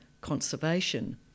conservation